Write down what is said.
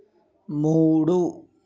మూడు